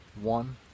One